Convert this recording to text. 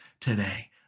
today